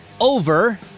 over